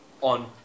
on